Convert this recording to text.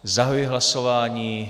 Zahajuji hlasování.